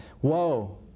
Whoa